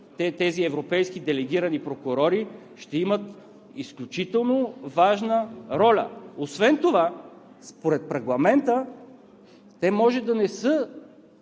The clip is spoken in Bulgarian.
тези европейски делегирани прокурори ще имат изключително важна роля. Освен това според Регламента те може да не са